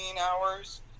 hours